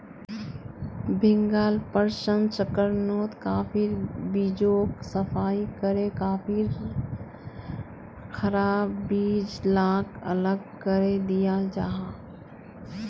भीन्गाल प्रशंस्कर्नोत काफिर बीजोक सफाई करे काफिर खराब बीज लाक अलग करे दियाल जाहा